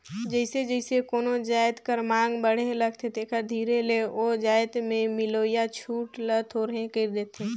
जइसे जइसे कोनो जाएत कर मांग बढ़े लगथे तेकर धीरे ले ओ जाएत में मिलोइया छूट ल थोरहें कइर देथे